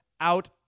out